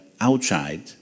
outside